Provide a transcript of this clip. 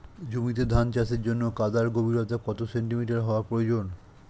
জমিতে ধান চাষের জন্য কাদার গভীরতা কত সেন্টিমিটার হওয়া প্রয়োজন?